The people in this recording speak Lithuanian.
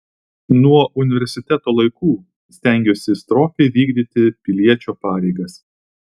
nuo universiteto laikų stengiuosi stropiai vykdyti piliečio pareigas